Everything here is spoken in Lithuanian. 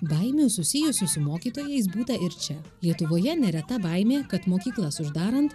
baimių susijusių su mokytojais būta ir čia lietuvoje nereta baimė kad mokyklas uždarant